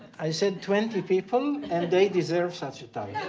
i said twenty people and they deserve such a toy.